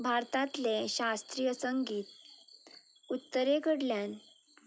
भारतांतले शास्त्रीय संगीत उत्तरे कडल्यान